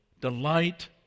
delight